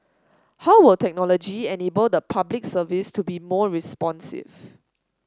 how will technology enable the Public Service to be more responsive